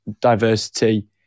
diversity